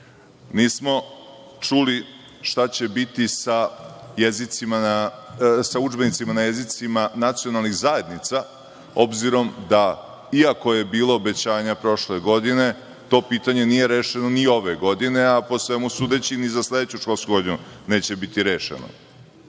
čuli šta će biti sa udžbenicima na jezicima nacionalnih zajednica, obzirom da iako je bilo obećanja prošle godine, to pitanje nije rešeno ni ove godine, a po svemu sudeći, ni za sledeću školsku godinu neće biti rešeno.S